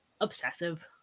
obsessive